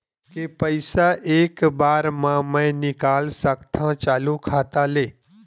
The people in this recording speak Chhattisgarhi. के पईसा एक बार मा मैं निकाल सकथव चालू खाता ले?